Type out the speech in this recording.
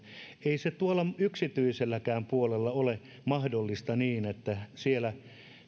ei se tuolla yksityiselläkään puolella ole mahdollista niin että siellä